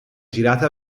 girate